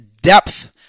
depth